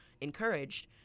Encouraged